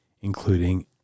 including